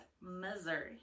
Missouri